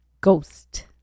Ghost